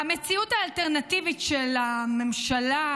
במציאות האלטרנטיבית של הממשלה,